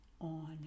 on